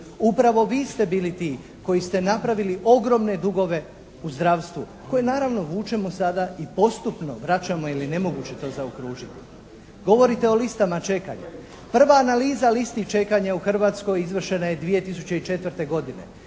Upravo vi ste bili ti koji ste napravili ogromne dugove u zdravstvu koje naravno vučemo sada i postupno vraćamo jer je nemoguće to zaokružiti. Govorite o listama čekanja. Prva analiza listi čekanja u Hrvatskoj izvršena je 2004. godine.